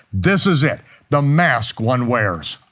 this is it the mask one wears.